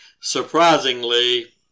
surprisingly